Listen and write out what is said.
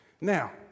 now